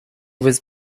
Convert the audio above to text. was